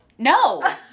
No